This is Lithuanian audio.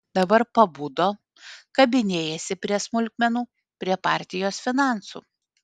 dabar pabudo kabinėjasi prie smulkmenų prie partijos finansų